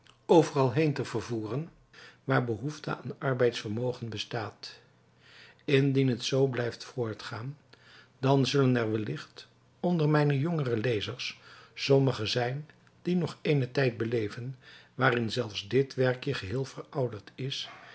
overal heen te vervoeren waar behoefte aan arbeidsvermogen bestaat indien het zoo blijft voortgaan dan zullen er wellicht onder mijne jongere lezers sommigen zijn die nog eenen tijd beleven waarin zelfs dit werkje geheel verouderd is